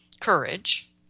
courage